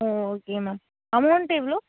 ஓ okay ma'am amount எவ்வளோ